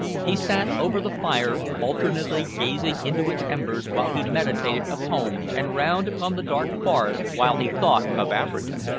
he sat over the fire, alternately gazing into its embers while he meditated of home, and round upon the dark forest while he thought of africa.